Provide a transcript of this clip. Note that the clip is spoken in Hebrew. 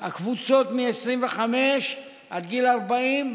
הקבוצות מגיל 25 עד גיל 40,